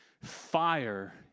fire